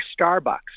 Starbucks